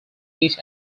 each